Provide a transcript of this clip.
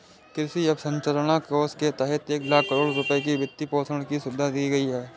कृषि अवसंरचना कोष के तहत एक लाख करोड़ रुपए की वित्तपोषण की सुविधा दी गई है